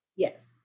Yes